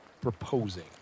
proposing